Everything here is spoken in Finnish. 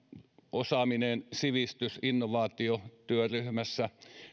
osaaminen sivistys innovaatio työryhmässä